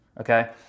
okay